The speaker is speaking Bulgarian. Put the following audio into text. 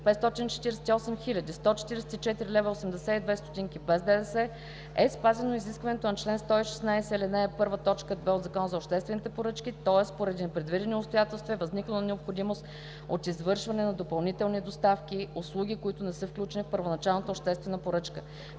548 хил. и 144.82 лв. без ДДС, е спазено изискването на чл. 116, ал. 1, т. 2 от Закона за обществените поръчки, тоест поради непредвидени обстоятелства е възникнала необходимост от извършване на допълнителни доставки, услуги, които не са включени в първоначалната обществена поръчка.